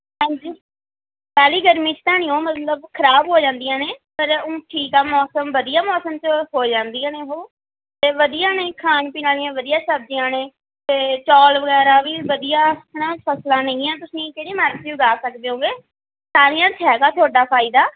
ਹਾਂਜੀ ਪਹਿਲੀ ਗਰਮੀ 'ਚ ਤਾਂ ਨਹੀਂ ਉਹ ਮਤਲਬ ਖਰਾਬ ਹੋ ਜਾਂਦੀਆਂ ਨੇ ਪਰ ਊਂ ਠੀਕ ਆ ਮੌਸਮ ਵਧੀਆ ਮੌਸਮ 'ਚ ਹੋ ਜਾਂਦੀਆਂ ਨੇ ਉਹ ਤਾਂ ਵਧੀਆ ਨੇ ਖਾਣ ਪੀਣ ਵਾਲੀਆਂ ਵਧੀਆ ਸਬਜ਼ੀਆਂ ਨੇ ਅਤੇ ਚੌਲ ਵਗੈਰਾ ਵੀ ਵਧੀਆ ਹੈ ਨਾ ਫਸਲਾਂ ਨੇਗੀਆਂ ਤੁਸੀਂ ਕਿਹੜੀ ਮਰਜ਼ੀ ਉਗਾ ਸਕਦੇ ਹੈਗੇ ਸਾਰੀਆਂ 'ਚ ਹੈਗਾ ਤੁਹਾਡਾ ਫਾਇਦਾ